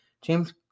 James